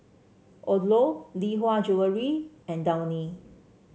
Odlo Lee Hwa Jewellery and Downy